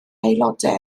aelodau